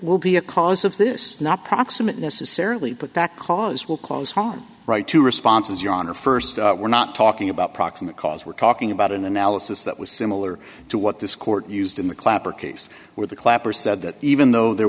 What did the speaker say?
will be a cause of this not proximate necessarily put that clause will close far right to responses yonder first we're not talking about proximate cause we're talking about an analysis that was similar to what this court used in the clapper case where the clapper said that even though there